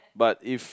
but if